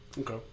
Okay